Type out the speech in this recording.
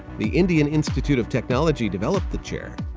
the indian institute of technology developed the chair.